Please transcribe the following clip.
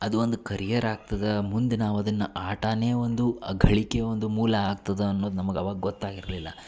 ಅದು ಒಂದು ಕರಿಯರ್ ಆಗ್ತದೆ ಮುಂದೆ ನಾವು ಅದನ್ನು ಆಟಾನೇ ಒಂದು ಗಳಿಕೆ ಒಂದು ಮೂಲ ಆಗ್ತದೆ ಅನ್ನೋದು ನಮ್ಗೆ ಆವಾಗ ಗೊತ್ತಾಗಿರಲಿಲ್ಲ